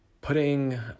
putting